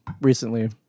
recently